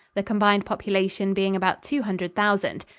the combined population being about two hundred thousand.